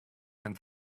and